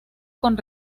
con